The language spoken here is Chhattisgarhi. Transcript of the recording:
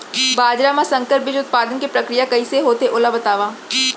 बाजरा मा संकर बीज उत्पादन के प्रक्रिया कइसे होथे ओला बताव?